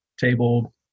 table